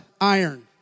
iron